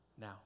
now